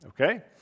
okay